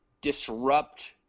disrupt